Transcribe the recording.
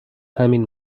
همین